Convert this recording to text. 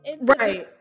right